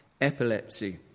epilepsy